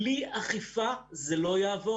בלי אכיפה, זה לא יעבוד.